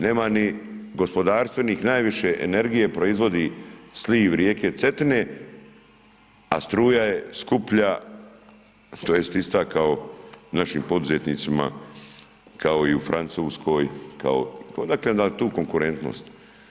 Nema ni gospodarstvenik najviše energije proizvodi sliv rijeke Cetine a struja je skuplja tj. ista kao našim poduzetnicima kao i u Francuskoj, odakle nam tu konkurentnost?